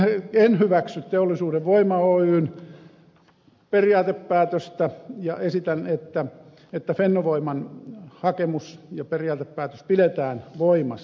siis en hyväksy teollisuuden voima oyjn periaatepäätöstä ja esitän että fennovoiman hakemus ja periaatepäätös pidetään voimassa